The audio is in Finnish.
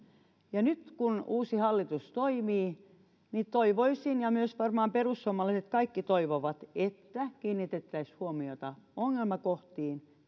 nyt kun uusi hallitus toimii niin toivoisin ja myös varmaan perussuomalaiset kaikki toivovat että kiinnitettäisiin huomiota ongelmakohtiin